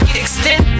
extend